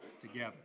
together